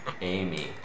Amy